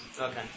Okay